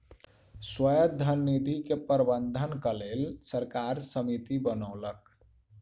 स्वायत्त धन निधि के प्रबंधनक लेल सरकार समिति बनौलक